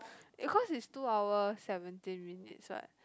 cause it's two hours seventeen minutes what